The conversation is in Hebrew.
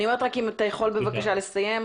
אני אומרת, רק אם אתה יכול בבקשה לסיים,